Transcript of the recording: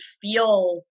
feel